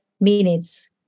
minutes